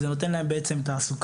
וזה נותן להם בעצם תעסוקה.